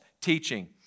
teaching